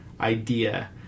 idea